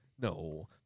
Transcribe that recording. No